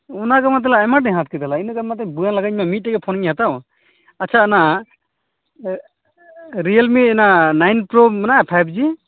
ᱚᱱᱟ ᱜᱮᱢᱟ ᱟᱭᱢᱟ ᱰᱷᱮᱨ ᱦᱟᱛᱟᱣ ᱠᱮᱢᱟ ᱤᱱᱟᱹᱜ ᱜᱟᱱ ᱢᱟ ᱵᱟᱹᱧ ᱞᱟᱜᱟᱣ ᱤᱧ ᱢᱤᱫᱴᱮᱡ ᱯᱷᱳᱱᱤᱧ ᱦᱟᱛᱟᱣ ᱟᱪᱪᱷᱟ ᱚᱱᱟ ᱨᱤᱭᱮᱞᱢᱤ ᱚᱱᱟ ᱱᱟᱭᱤᱱ ᱯᱨᱳ ᱢᱮᱱᱟᱜ ᱯᱷᱟᱭᱤᱵᱽ ᱡᱤ